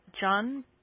John